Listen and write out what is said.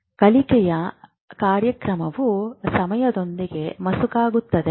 ಕಲಿಕೆಯ ಕಾರ್ಯಕ್ರಮವು ಸಮಯದೊಂದಿಗೆ ಮಸುಕಾಗುತ್ತದೆ